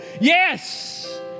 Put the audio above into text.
Yes